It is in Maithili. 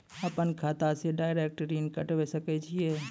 अपन खाता से डायरेक्ट ऋण कटबे सके छियै?